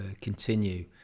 continue